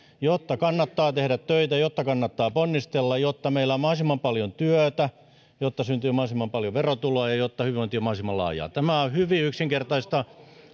jotta kannattaa tehdä töitä jotta kannattaa ponnistella jotta meillä on mahdollisimman paljon työtä jotta syntyy mahdollisimman paljon verotuloja ja jotta hyvinvointi on mahdollisimman laajaa tämä on hyvin yksinkertaista